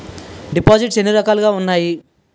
దిపోసిస్ట్స్ ఎన్ని రకాలుగా ఉన్నాయి?